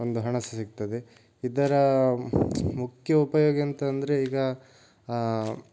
ಒಂದು ಹಣ ಸಹ ಸಿಗ್ತದೆ ಇದರ ಮುಖ್ಯ ಉಪಯೋಗ ಎಂತ ಅಂದರೆ ಈಗ